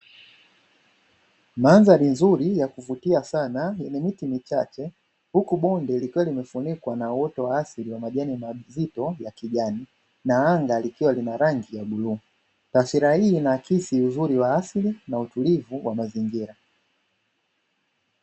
Mandhari nzuri ya kuvutia sana yenye miti michache, huku bonde likiwa limefunikwa na uoto wa asili wa majani mazito ya kijani na anga likiwa lina rangi ya bluu, taswira hii inaakisi uzuri wa asili na utulivu wa mazingira.